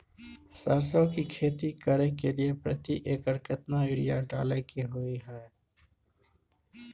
सरसो की खेती करे के लिये प्रति एकर केतना यूरिया डालय के होय हय?